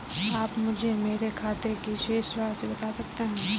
आप मुझे मेरे खाते की शेष राशि बता सकते हैं?